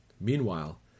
Meanwhile